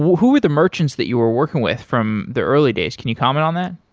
who are the merchants that you were working with from the early days, can you comment on that?